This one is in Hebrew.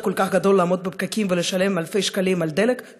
כל כך גדול לעמוד בפקקים ולשלם אלפי שקלים על דלק?